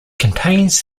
contains